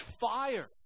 fire